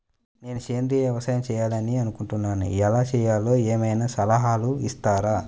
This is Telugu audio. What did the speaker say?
నేను సేంద్రియ వ్యవసాయం చేయాలి అని అనుకుంటున్నాను, ఎలా చేయాలో ఏమయినా సలహాలు ఇస్తారా?